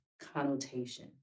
connotation